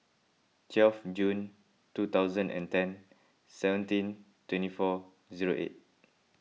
twelve June two thousand and ten seventeen twenty four zero eight